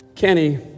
Kenny